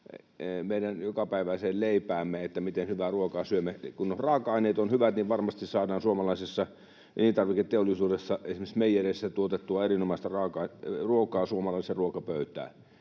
meidän jokapäiväiseen leipäämme ja siihen, miten hyvää ruokaa syömme. Kun raaka-aineet ovat hyvät, niin varmasti saadaan suomalaisessa elintarviketeollisuudessa, esimerkiksi meijereissä, tuotettua erinomaista ruokaa suomalaiseen ruokapöytään.